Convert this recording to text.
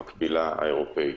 המקבילה האירופאית.